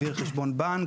וגם מסירה חסמים לתחרות,